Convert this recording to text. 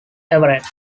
everett